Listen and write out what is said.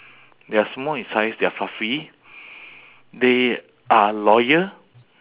they are small in size they are fluffy they are loyal